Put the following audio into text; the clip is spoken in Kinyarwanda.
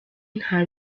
nta